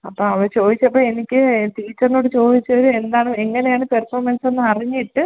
അപ്പോൾ അവര് ചോദിച്ചപ്പോൾ എനിക്ക് ടീച്ചറിനോട് ചോദിച്ച് എന്താണ് എങ്ങനെയാണ് പെർഫോമൻസെന്ന് അറിഞ്ഞിട്ട്